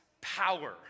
power